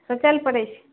सोचऽ लऽ पड़ै छै